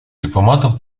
дипломатов